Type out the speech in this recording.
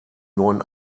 neuen